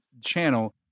channel